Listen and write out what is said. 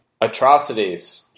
atrocities